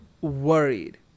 worried